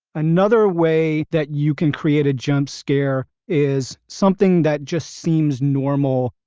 another way that you can create a jump scare. is something that just seems normal,